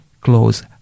close